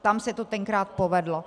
Tam se to tenkrát povedlo.